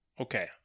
Okay